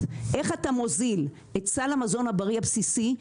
איך אתה מוזיל את סל המזון הבריא הבסיסי.